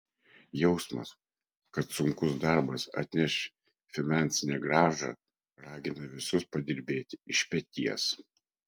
jausmas kad sunkus darbas atneš finansinę grąžą ragina visus padirbėti iš peties